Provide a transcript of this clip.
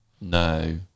No